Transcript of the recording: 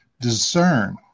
discern